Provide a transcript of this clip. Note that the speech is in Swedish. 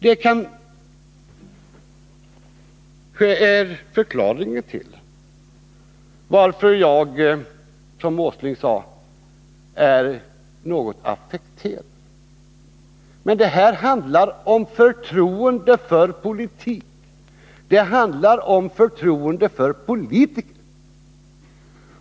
Det kanske är förklaringen till att jag, som herr Åsling sade, är något affekterad. Det här handlar om förtroende för politik och om förtroende för politiker.